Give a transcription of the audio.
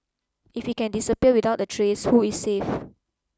if he can disappear without a trace who is safe